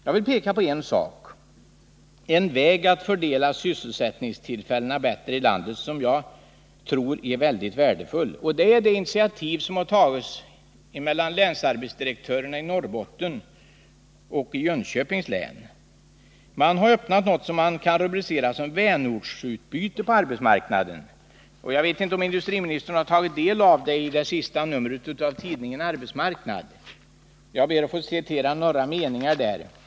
Jag vill peka på en väg att fördela sysselsättningstillfällena bättre i landet som jag tror är mycket värdefull. Det är det initiativ som har tagits av länsarbetsdirektörerna i Norrbottens och Jönköpings län. Man har öppnat något som kan rubriceras som ”vänortsutbyte” på arbetsmarknaden. Jag vet inte om industriministern har tagit del av det senaste numret av tidningen Arbetsmarknaden, men jag ber att få återge några meningar ur det.